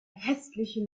hässliche